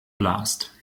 blast